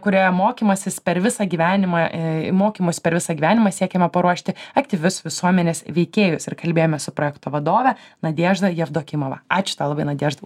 kurioje mokymasis per visą gyvenimą į mokymus per visą gyvenimą siekiama paruošti aktyvius visuomenės veikėjus ir kalbėjome su projekto vadove nadežda jevdokimova ačiū tau labai nadežda